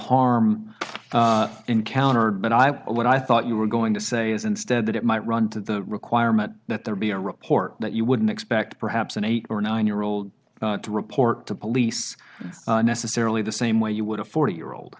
harm encountered but i was what i thought you were going to say is instead that it might run to the requirement that there be a report that you wouldn't expect perhaps an eight or nine year old to report to police necessarily the same way you would a four year old